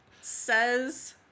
Says